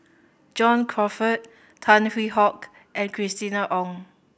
John Crawfurd Tan Hwee Hock and Christina Ong